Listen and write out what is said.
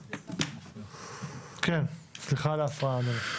כן, סליחה על ההפרעה.